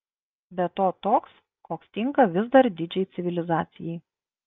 be to toks koks tinka vis dar didžiai civilizacijai